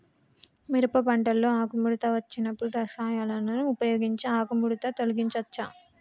మిరప పంటలో ఆకుముడత వచ్చినప్పుడు రసాయనాలను ఉపయోగించి ఆకుముడత తొలగించచ్చా?